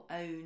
own